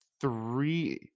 three